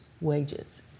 wages